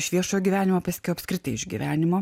iš viešo gyvenimo o paskiau apskritai išgyvenimo